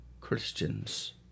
Christians